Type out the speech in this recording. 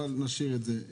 נשאיר את זה,